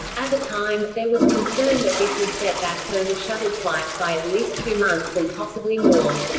at the time, there was concern that this would set back further shuttle flights by at least two months and possibly more.